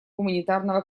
гуманитарного